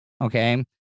okay